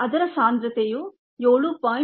ಅದರ ಸಾಂದ್ರತೆಯು 7